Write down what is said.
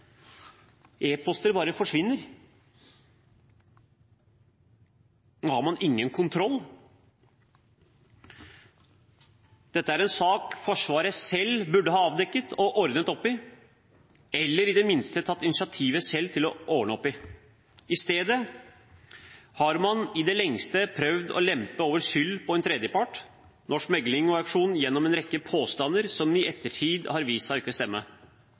bare forsvinner? Har man ingen kontroll? Dette er en sak Forsvaret selv burde ha avdekket og ordnet opp i, eller i det minste tatt initiativ til selv å ordne opp i. I stedet har man i det lengste prøvd å lempe over skyld på en tredjepart, Norsk Megling & Auksjon, gjennom en rekke påstander som i ettertid har vist seg å ikke stemme.